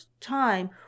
time